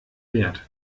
wert